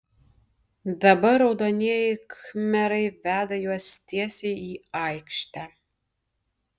dabar raudonieji khmerai veda juos tiesiai į aikštę